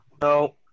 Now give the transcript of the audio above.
No